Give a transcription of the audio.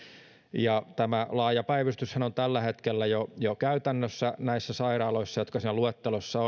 tämä laaja päivystyshän on tällä hetkellä jo jo käytännössä näissä sairaaloissa jotka siinä luettelossa